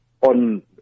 on